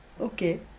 Okay